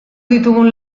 ditugun